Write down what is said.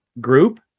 group